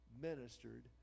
ministered